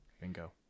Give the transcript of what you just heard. Bingo